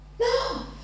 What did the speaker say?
No